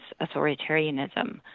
authoritarianism